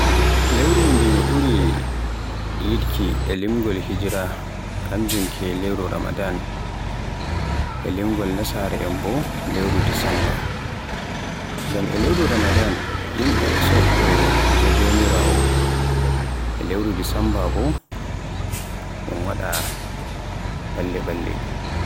Lewru ndu mi ɓuri yiɗuki e limgol Hijira kanjum ke lewru Ramadan, e limgol nasara'en bo lewru Desemba, ngam e lewru Ramadan yimɓe e so'o to Jomiraawo, e lewru Desemba bo un waɗa ɓalle-ɓalle.